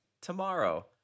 tomorrow